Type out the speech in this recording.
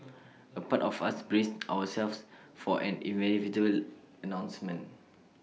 A part of us braced ourselves for an inevitable announcement